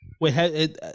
Wait